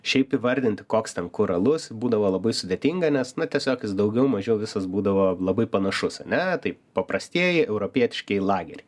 šiaip įvardinti koks ten kur alus būdavo labai sudėtinga nes na tiesiog jis daugiau mažiau visas būdavo labai panašus ane tai paprastieji europietiški lageriai